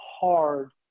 hard